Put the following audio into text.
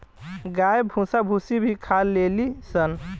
गाय भूसा भूसी भी खा लेली सन